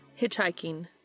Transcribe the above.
Hitchhiking